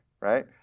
right